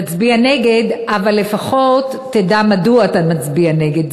תצביע נגד, אבל לפחות תדע מדוע אתה מצביע נגד.